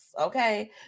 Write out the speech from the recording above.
okay